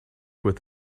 with